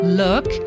look